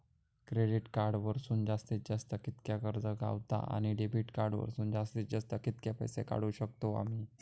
Credit card वरसून जास्तीत जास्त कितक्या कर्ज गावता, आणि डेबिट कार्ड वरसून जास्तीत जास्त कितके पैसे काढुक शकतू आम्ही?